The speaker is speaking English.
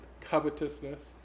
covetousness